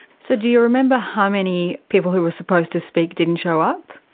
so do you remember how many people who were supposed to speak didn't show up?